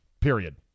Period